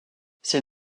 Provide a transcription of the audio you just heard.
ces